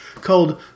called